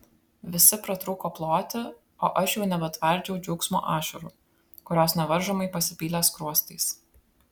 visi pratrūko ploti o aš jau nebetvardžiau džiaugsmo ašarų kurios nevaržomai pasipylė skruostais